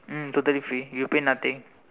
mm totally free you pay nothing